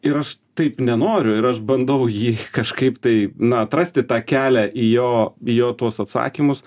ir aš taip nenoriu ir aš bandau jį kažkaip tai na atrasti tą kelią į jo į jo tuos atsakymus